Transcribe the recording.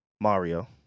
Mario